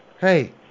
Hey